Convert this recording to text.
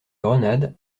grenade